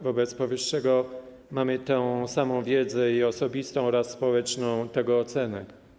Wobec powyższego mamy tę samą wiedzę i osobistą oraz społeczną tego ocenę.